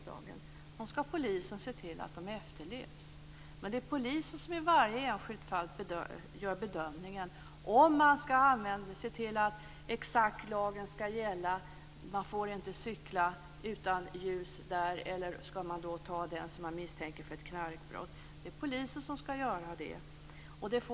Man kan se övergripande synpunkter på polisväsendet.